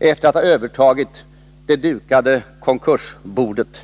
efter att ha övertagit det dukade konkursbordet?